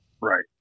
Right